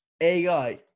AI